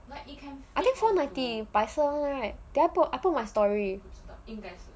I think it's for four ninety by phone right did I I put on my story